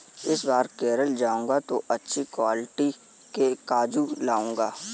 इस बार केरल जाऊंगा तो अच्छी क्वालिटी के काजू लाऊंगा